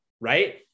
right